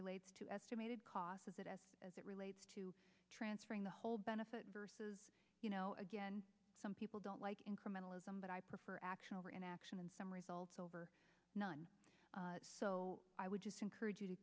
relates to estimated cost of that as as it relates to transferring the whole benefit versus you know again some people don't like incremental ism but i prefer action or inaction and some results over none so i would just encourage you to